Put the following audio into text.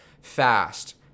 fast